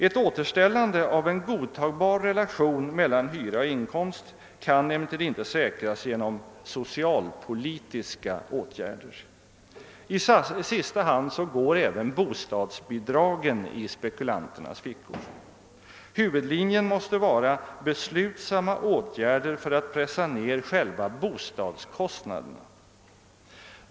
Ett återställande av en godtagbar relation mellan hyra och inkomst kan emellertid inte säkras genom socialpolitiska åtgärder. I sista hand går även bostadsbidragen till spekulanternas fickor. Huvudlinjen måste vara beslutsamma åtgärder för att pressa ned själva bostadskostnaderna.